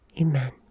Amen